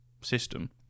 system